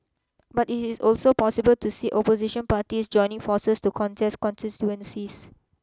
but it is also possible to see Opposition parties joining forces to contest constituencies